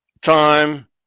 time